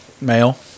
Male